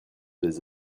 les